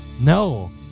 No